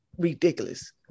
Ridiculous